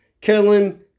Carolyn